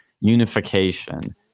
unification